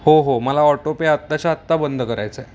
हो हो मला ऑटोपे आत्ताश आत्ता बंद करायचं आहे